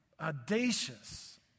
audacious